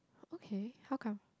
okay how come